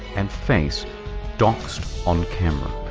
and face doxxed on camera.